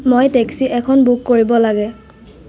মই টেক্সি এখন বুক কৰিব লাগে